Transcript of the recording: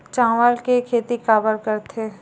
चावल के खेती काबर करथे?